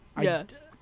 Yes